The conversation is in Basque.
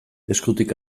eskutik